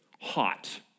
hot